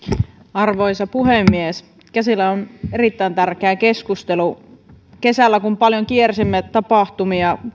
arvoisa puhemies käsillä on erittäin tärkeä keskustelu kesällä kun kaikki edustajat varmastikin paljon kiersimme tapahtumia